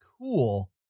cool